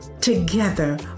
Together